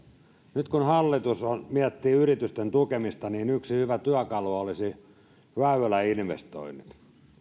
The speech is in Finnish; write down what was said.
nyt kun hallitus miettii yritysten tukemista niin yksi hyvä työkalu olisi väyläinvestoinnit